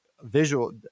visual